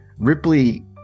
ripley